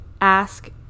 ask